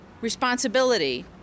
responsibility